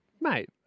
Mate